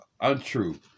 untrue